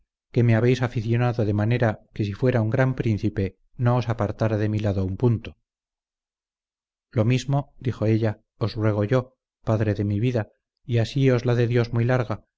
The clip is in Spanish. que me habéis aficionado de manera que si fuera un gran príncipe no os apartara de mi lado un punto lo mismo dijo ella os ruego yo padre de mi vida y así os la dé dios muy larga